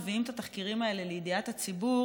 מביאים את התחקירים האלה לידיעת הציבור.